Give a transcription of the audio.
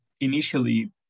initially